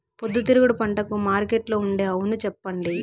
పొద్దుతిరుగుడు పంటకు మార్కెట్లో ఉండే అవును చెప్పండి?